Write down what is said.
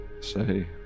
say